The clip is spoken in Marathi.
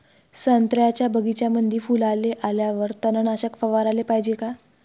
संत्र्याच्या बगीच्यामंदी फुलाले आल्यावर तननाशक फवाराले पायजे का?